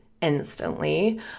instantly